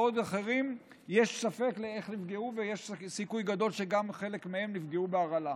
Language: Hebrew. בעוד אחרים יש ספק איך נפגעו ויש סיכוי גדול שגם חלק מהם נפגעו בהרעלה: